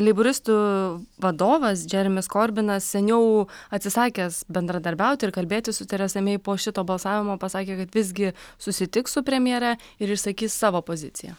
leiboristų vadovas džeremis korbinas seniau atsisakęs bendradarbiauti ir kalbėti su teresa mei po šito balsavimo pasakė kad visgi susitiks su premjere ir išsakys savo poziciją